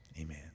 Amen